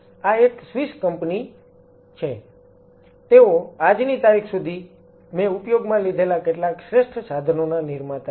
આ એક Swiss company છે તેઓ આજની તારીખ સુધી મેં ઉપયોગમાં લીધેલા કેટલાક શ્રેષ્ઠ સાધનોના નિર્માતા છે